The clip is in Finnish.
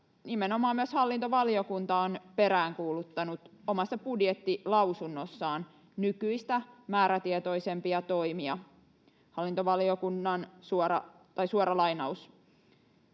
nimenomaan myös hallintovaliokunta on peräänkuuluttanut omassa budjettilausunnossaan nykyistä määrätietoisempia toimia. Suora lainaus